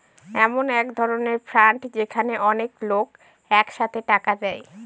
এমন এক ধরনের ফান্ড যেখানে অনেক লোক এক সাথে টাকা দেয়